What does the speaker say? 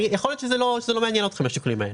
יכול להיות שלא מעניין אתכם השיקולים האלה,